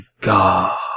god